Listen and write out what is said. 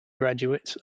graduates